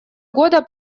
года